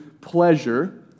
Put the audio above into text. pleasure